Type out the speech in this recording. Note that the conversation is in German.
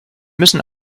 müssen